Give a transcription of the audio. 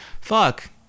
fuck